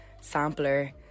sampler